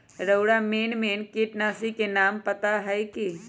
रउरा main main किटनाशी के नाम पता हए कि?